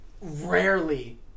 rarely